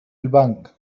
البنك